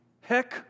heck